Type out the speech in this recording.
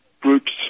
groups